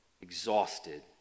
exhausted